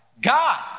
God